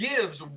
gives